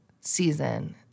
season